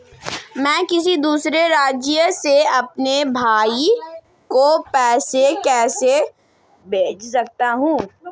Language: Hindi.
मैं किसी दूसरे राज्य से अपने भाई को पैसे कैसे भेज सकता हूं?